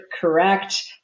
correct